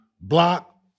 block